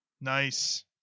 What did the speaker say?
Nice